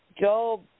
Job